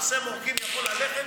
חוסם עורקים יכול ללכת,